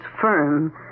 firm